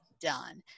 done